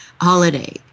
holiday